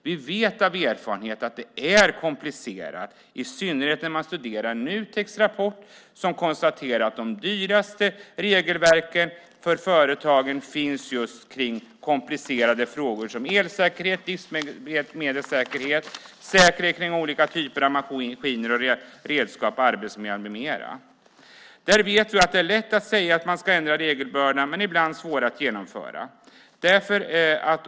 Vi vet av erfarenhet att det är komplicerat, i synnerhet att döma av Nuteks rapport, som konstaterar att de dyraste regelverken för företagen finns just kring komplicerade frågor som elsäkerhet, driftshjälpmedelssäkerhet, säkerhet kring olika typer av maskiner och redskap, arbetsmiljö med mera. Det är lätt att säga att man ska ändra regelbördan, men ibland svårare att genomföra.